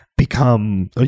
become